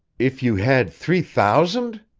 if you had three thousand!